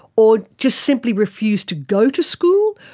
or just simply refused to go to school,